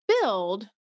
build